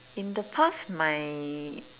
in the past my